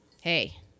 hey